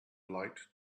light